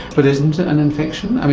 but isn't it an infection? i mean,